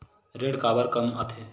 ऋण काबर कम आथे?